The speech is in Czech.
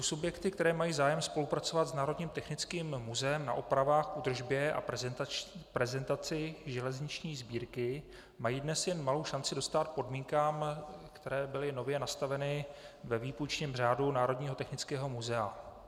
Subjekty, které mají zájem spolupracovat s Národním technickým muzeem na opravách, údržbě a prezentaci železniční sbírky, mají dnes jen malou šanci dostát podmínkám, které byly nově nastaveny ve výpůjčním řádu Národního technického muzea.